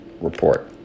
report